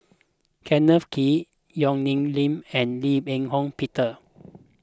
Kenneth Kee Yong Nyuk Lin and Lim Eng Hock Peter